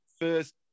first